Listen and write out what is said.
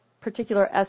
particular